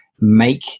make